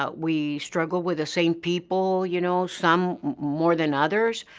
but we struggle with the same people, you know, some more than others,